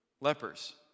lepers